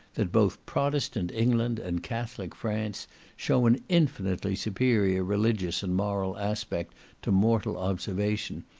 that both protestant england and catholic france show an infinitely superior religious and moral aspect to mortal observation,